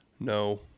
No